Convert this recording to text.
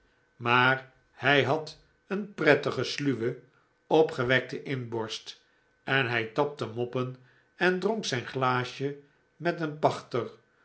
maar hij had een prettige sluwe opgewekte inborst en hij tapte moppen en dronk zijn glaasje met een pachter